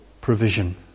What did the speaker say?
provision